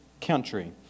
country